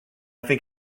think